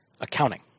accounting